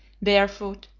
barefoot,